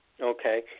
Okay